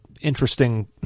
interesting